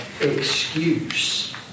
excuse